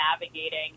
navigating